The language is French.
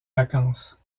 vacances